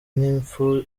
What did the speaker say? n’impfu